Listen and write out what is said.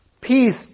peace